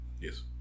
Yes